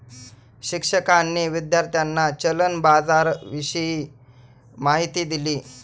शिक्षकांनी विद्यार्थ्यांना चलन बाजाराविषयी माहिती दिली